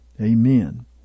Amen